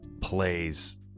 plays